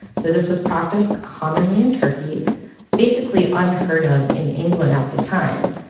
so this was practiced commonly in turkey basically unheard of in england at the time